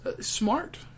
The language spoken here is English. smart